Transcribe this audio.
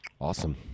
Awesome